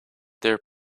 their